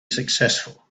successful